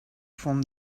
from